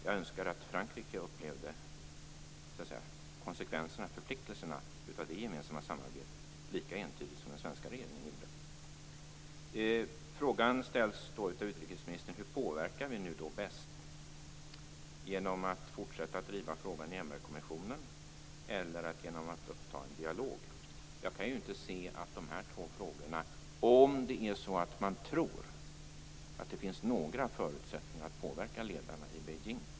Jag önskar att Frankrike upplevde förpliktelserna av det gemensamma samarbetet lika entydigt som den svenska regeringen gjorde. Frågan ställs då av utrikesministern hur vi påverkar bäst, om det är genom att fortsätta att driva frågan i MR-kommissionen eller genom att uppta en dialog. Jag kan inte se att de två frågorna utesluter varandra, om det är så att man tror att det finns några förutsättningar att påverka ledarna i Beijing.